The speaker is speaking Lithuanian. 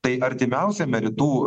tai artimiausiame rytų